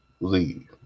Leave